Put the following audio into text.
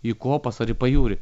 į kopas ar į pajūrį